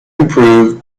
improved